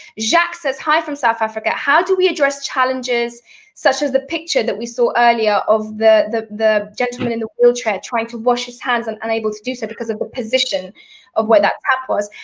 jacques says, hi from south africa. how do we address challenges such as the picture, that we saw earlier of the the gentleman in the wheelchair trying to wash his hands and unable to do so because of the position of where that tap was.